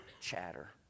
chatter